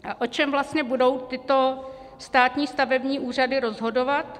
A o čem vlastně budou tyto státní stavební úřady rozhodovat?